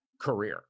career